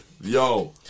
Yo